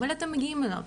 אבל אתם מגיעים אליו,